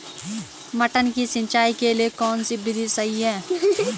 मटर की सिंचाई के लिए कौन सी विधि सही है?